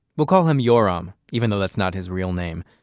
we'll call him yoram, even though that's not his real name.